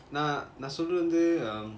நான் நான் சொல்றது வந்து:naan naan solratu vanthu